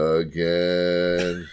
again